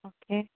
okay